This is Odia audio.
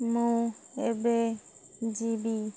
ମୁଁ ଏବେ ଯିବି